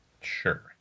Sure